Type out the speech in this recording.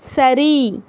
சரி